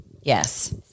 yes